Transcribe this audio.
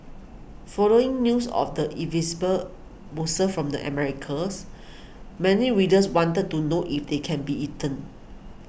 following news of the invasive mussel from the Americas many readers wanted to know if they can be eaten